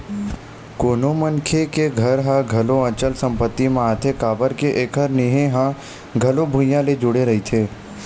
कोनो मनखे के घर ह घलो अचल संपत्ति म आथे काबर के एखर नेहे ह घलो भुइँया ले जुड़े रहिथे